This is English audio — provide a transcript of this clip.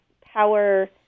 power